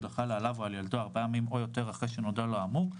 החלה עליו או על ילדו ארבעה ימים או יותר לאחר שנודע לו האמור,